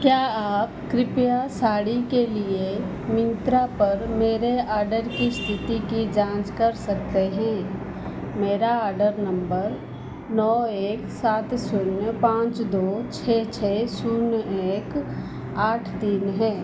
क्या आप कृप्या साड़ी के लिए मिंत्रा पर मेरे आर्डर की स्थिति की जाँच कर सकते हैं मेरा आर्डर नंबर नौ एक सात शून्य पाँच दो छः छः शून्य एक आठ तीन है